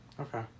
Okay